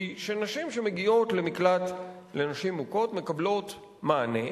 שנשים שמגיעות למקלט לנשים מוכות מקבלות מענה.